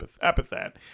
epithet